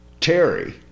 Terry